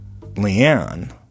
Leanne